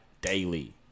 Daily